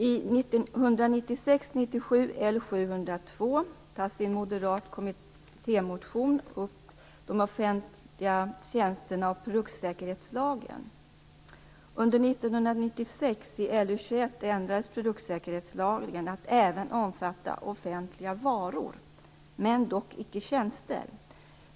tas de offentliga tjänsterna och produktsäkerhetslagen upp. Under 1996, i och med att vi fattade beslut om betänkande LU21, ändrades produktsäkerhetslagen, så att den även omfattar offentliga varor - dock icke tjänster.